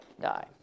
die